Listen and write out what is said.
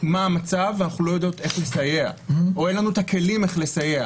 מה המצב ואנחנו לא יודעות איך לסייע או אין לנו את הכלים איך לסייע,